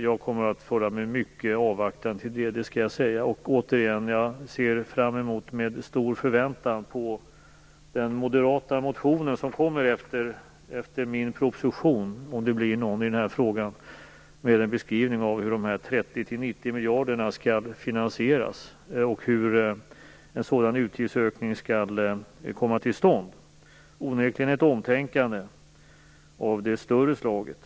Jag kommer att förhålla mig mycket avvaktande till det, skall jag säga. Jag ser med stor förväntan fram emot den moderata motion som kommer efter min proposition, om det blir någon i den här frågan, och som beskriver hur de 30-90 miljarderna skall finansieras och hur en sådan utgiftsökning skall komma till stånd. Detta är onekligen ett omtänkande av det större slaget.